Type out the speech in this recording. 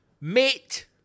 mate